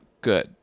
good